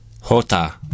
Hota